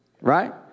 right